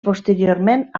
posteriorment